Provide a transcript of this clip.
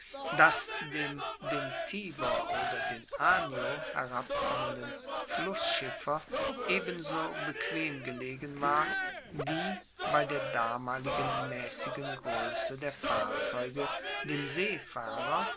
das dem den tiber oder den anio herabkommenden flussschiffer ebenso bequem gelegen war wie bei der damaligen maessigen groesse der fahrzeuge dem seefahrer